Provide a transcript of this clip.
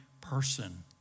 person